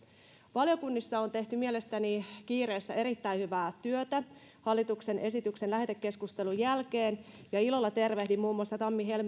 valiokunnissa on tehty mielestäni kiireessä erittäin hyvää työtä hallituksen esityksen lähetekeskustelun jälkeen ja ilolla tervehdin muun muassa tammi